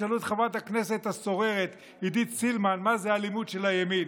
תשאלו את חברת הכנסת הסוררת עידית סילמן מה זה אלימות של הימין,